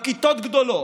הכיתות גדולות.